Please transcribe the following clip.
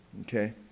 Okay